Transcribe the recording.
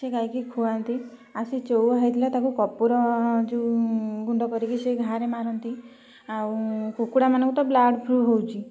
ସେ ଗାଈକି ଖୁଆନ୍ତି ଆଉ ସେ ଚଉଆ ହେଇଥିଲା ତାକୁ କର୍ପୂର ଯେଉଁ ଗୁଣ୍ଡ କରିକି ସେଇ ଘା'ରେ ମାରନ୍ତି ଆଉ କୁକୁଡ଼ା ମାନଙ୍କୁ ତ ବାର୍ଡ଼୍ ଫ୍ଲୁ ହେଉଛି